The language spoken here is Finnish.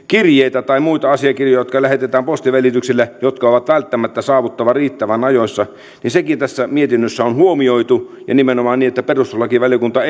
kirjeitä tai muita asiakirjoja jotka lähetetään postin välityksellä ja joiden on välttämättä saavuttava riittävän ajoissa on tässä mietinnössä huomioitu ja nimenomaan niin että perustuslakivaliokunta